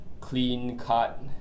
clean-cut